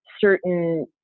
certain